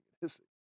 hissing